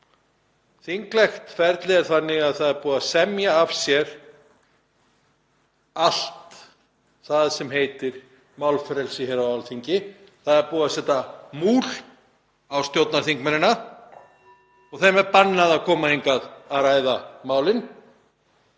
þinglegt ferli er þannig að það er búið að semja af sér allt það sem heitir málfrelsi hér á Alþingi. Það er búið að setja múl á stjórnarþingmennina (Forseti hringir.) og þeim er bannað að koma hingað að ræða málin.